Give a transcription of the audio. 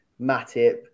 Matip